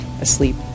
asleep